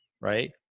Right